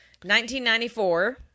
1994